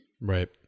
right